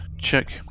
check